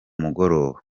mugoroba